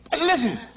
listen